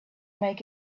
make